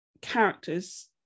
characters